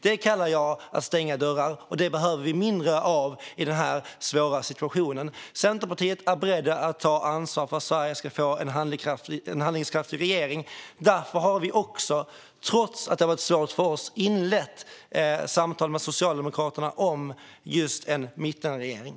Det kallar jag att stänga dörrar, och det behöver vi mindre av i denna svåra situation. Centerpartiet är berett att ta ansvar för att Sverige ska få en handlingskraftig regering. Därför har vi också, trots att det har varit svårt för oss, inlett samtal med Socialdemokraterna om just en mittenregering.